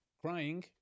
Crying